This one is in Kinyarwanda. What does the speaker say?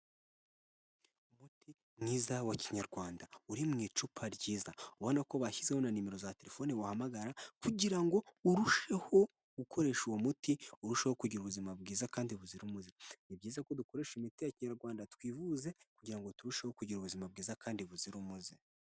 Umuti mwiza wa kinyarwanda uri mu icupa ryiza, ubona ko bashyizeho na nimero za telefone wahamagara kugira ngo urusheho gukoresha uwo muti, urushaho kugira ubuzima bwiza kandi buzira umuze. Ni byiza ko dukoresha imiti ya kinyarwanda twivuze kugira turusheho kugira ubuzima bwiza kandi buzira umuze.